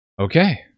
Okay